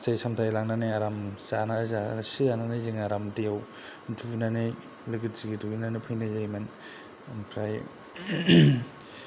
फिथाय सामथाय लांनानै आराम जासे जानानै जोङो आराम दुगैनानै लोगो दिगि दुगैनानै फैनाय जायोमोन ओमफ्राय